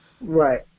Right